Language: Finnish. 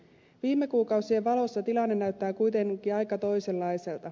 viime kuukausien valossa tilanne näyttää kuitenkin aika toisenlaiselta